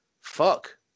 fuck